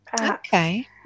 Okay